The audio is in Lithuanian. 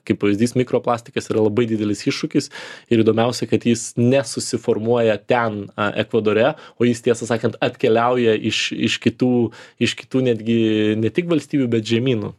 kaip pavyzdys mikroplastikas yra labai didelis iššūkis ir įdomiausia kad jis nesusiformuoja ten ekvadore o jis tiesą sakant atkeliauja iš iš kitų iš kitų netgi ne tik valstybių bet žemynų